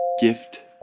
Gift